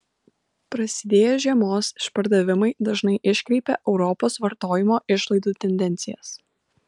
prasidėję žiemos išpardavimai dažnai iškreipia europos vartojimo išlaidų tendencijas